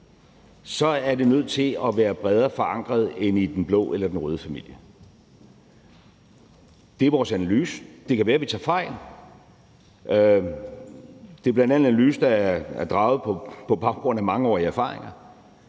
er det nødt til at være bredere forankret end i den blå eller den røde familie. Det er vores analyse, og det kan være, vi tager fejl. Det er en analyse, der bl.a. er draget på baggrund af mangeårige erfaringer,